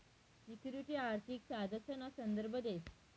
security आर्थिक साधनसना संदर्भ देस